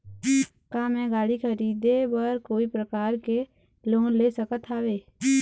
का मैं गाड़ी खरीदे बर कोई प्रकार के लोन ले सकत हावे?